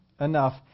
enough